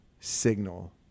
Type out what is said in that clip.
signal